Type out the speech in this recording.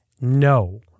no